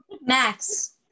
Max